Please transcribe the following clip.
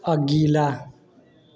अगिला